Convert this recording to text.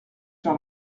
sur